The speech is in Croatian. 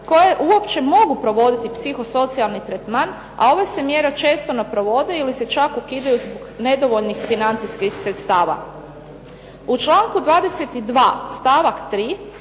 koje uopće mogu provoditi psiho socijalni tretman, a ove se mjere često ne provode ili se čak ukidaju zbog nedovoljnih financijskih sredstava. U članku 22. stavak 3.